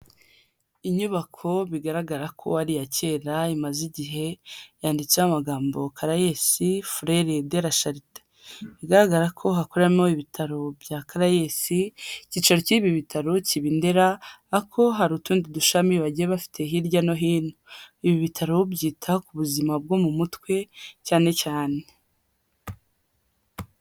Inyubako bigaragara ko ari iya kera imaze igihe, yanditseho amagambo" Caraes Freres de la Charity" igaragara ko hakoreramo ibitaro bya Caraes, ikicaro k'ibi bitaro kiba i Ndera ariko hari utundi dushami bagiye bafite hirya no hino. Ibi bitaro babyita ku buzima bwo mu mutwe cyane cyane.